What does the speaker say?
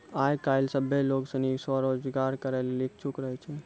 आय काइल सभ्भे लोग सनी स्वरोजगार करै लेली इच्छुक रहै छै